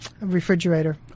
refrigerator